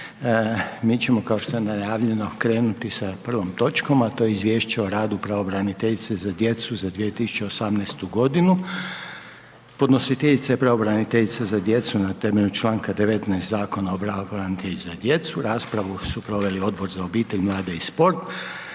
Mi ćemo kao što je najavljeno krenuti sa 1. točkom a to je: - Izvješće o radu pravobraniteljice za djecu za 2018. godinu Podnositeljica: pravobraniteljica za djecu; Podnositeljica je pravobraniteljica za djecu na temelju članka 19. Zakona o pravobraniteljici za djecu. Raspravu su proveli Odbor za obitelj, mlade i sport,